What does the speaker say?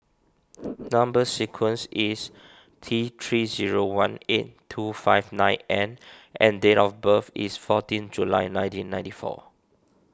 Number Sequence is T three zero one eight two five nine N and date of birth is fourteen July nineteen ninety four